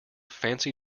fancy